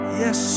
yes